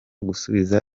gusubiza